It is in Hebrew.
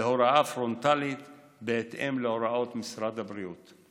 והוראה פרונטלית בהתאם להוראות משרד הבריאות.